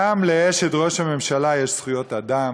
גם לאשת ראש הממשלה יש זכויות אדם,